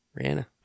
Rihanna